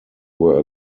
were